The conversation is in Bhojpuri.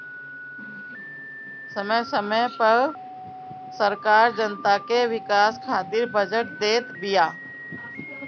समय समय पअ सरकार जनता के विकास खातिर बजट देत बिया